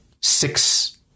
six